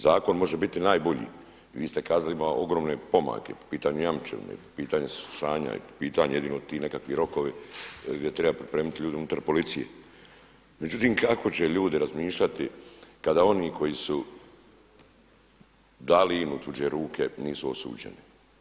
Zakon može biti najbolji i vi ste kazali ima ogromne pomake po pitanju jamčevine, po pitanju saslušanja i po pitanju jedino ti nekakvi rokovi gdje treba pripremiti ljude unutar policije, međutim kako će ljudi razmišljati kada oni koji su dali INA-u u tuđe ruke nisu osuđeni.